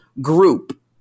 group